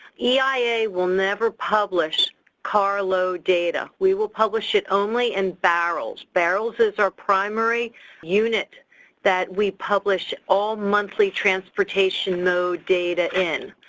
eia will never publish carload data. we will publish it only in barrels barrels is our primary unit that we publish all monthly transportation-mode data in.